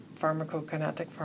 pharmacokinetic